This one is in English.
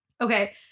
Okay